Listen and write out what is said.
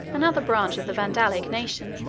another branch of the vandalic nation.